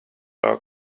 are